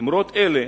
אמירות אלה,